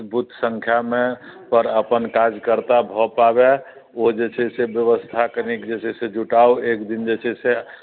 booth संख्यामे पर अपन कार्यकर्ता भऽ पाबै ओ जे छै से व्यवस्था कनिक जे छै से जुटाउ एक दिन जे छै से